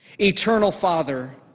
eternal father,